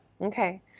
Okay